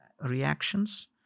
reactions